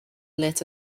let